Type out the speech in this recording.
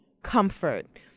comfort